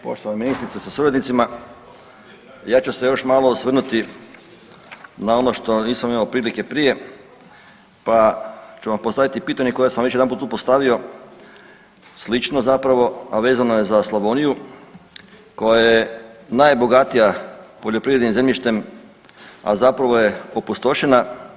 Poštovana ministrice sa suradnicima, ja ću se još malo osvrnuti na ono što nisam imao prilike prije pa ću vam postaviti pitanje koje sam već jedanput tu postavio, slično zapravo, a vezano je za Slavoniju koja je najbogatija poljoprivrednim zemljištem, a zapravo je opustošena.